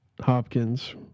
Hopkins